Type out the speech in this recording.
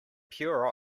pure